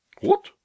What